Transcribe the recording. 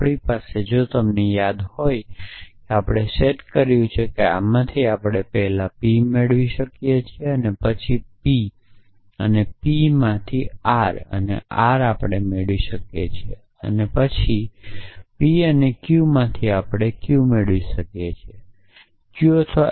આપણી પાસે જો તમને યાદ હોય કે આપણે સેટ કર્યું છે કે આમાંથી આપણે પહેલા p મેળવી શકીએ છીએ અને પછી p માંથી આપણે r મેળવી શકીએ છીએ અને પછી p માંથી આપણે q મેળવી શકીએ છીએ q અથવા